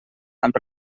amb